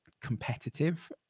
competitive